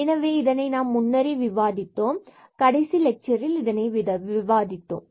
எனவே இதை நாம் முன்னரே விவாதித்தோம் கடைசி லெட்சரில் விவாதித்தோம்